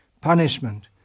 punishment